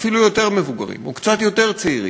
אפילו יותר מבוגרים, וקצת יותר צעירים,